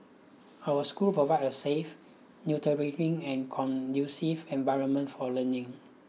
our schools provide a safe nurturing and conducive environment for learning